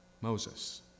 Moses